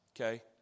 Okay